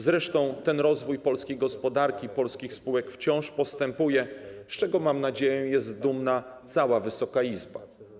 Zresztą ten rozwój polskiej gospodarki, polskich spółek wciąż postępuje, z czego, mam nadzieję, jest dumna cała Wysoka Izba.